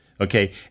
okay